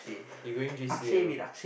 you going J_C ah bro